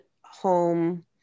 home